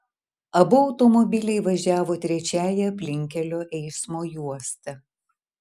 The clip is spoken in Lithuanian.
abu automobiliai važiavo trečiąja aplinkkelio eismo juosta